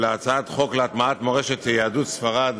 הצעת חוק להטמעת מורשת יהדות ספרד